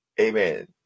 Amen